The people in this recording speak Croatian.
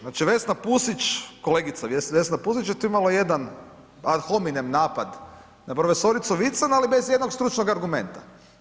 Znači Vesna Pusić, kolegica Vesna Pusić je tu imala jedan ad hominem napad na profesoricu Vican, ali bez i jednog stručnog argumenta.